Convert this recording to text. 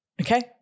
Okay